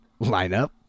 lineup